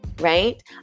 right